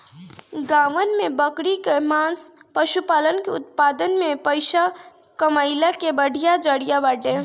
गांवन में बकरी कअ मांस पशुपालन के उत्पादन में पइसा कमइला के बढ़िया जरिया बाटे